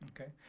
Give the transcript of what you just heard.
Okay